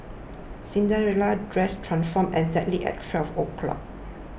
Cinderella's dress transformed exactly at twelve o'clock